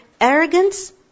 arrogance